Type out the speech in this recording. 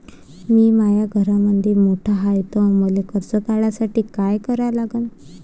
मी माया घरामंदी मोठा हाय त मले कर्ज काढासाठी काय करा लागन?